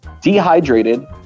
dehydrated